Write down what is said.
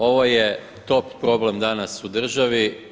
Ovo je top problem danas u državi.